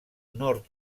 nord